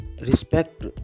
respect